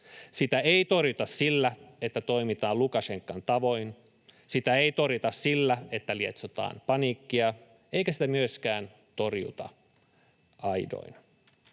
Sitä ei torjuta sillä, että toimitaan Lukašenkan tavoin. Sitä ei torjuta sillä, että lietsotaan paniikkia, eikä sitä myöskään torjuta aidoin.